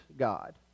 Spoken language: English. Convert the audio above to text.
God